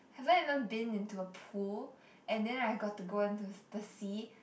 haven't even been into a pool and then I got to go into th~ the sea